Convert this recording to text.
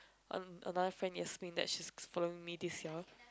uh another friend Yasmin that she's following me this year